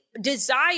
desire